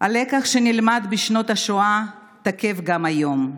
הלקח שנלמד בשנות השואה תקף גם היום.